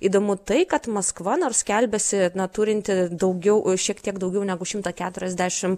įdomu tai kad maskva nors skelbiasi na turinti daugiau šiek tiek daugiau negu šimtą keturiasdešim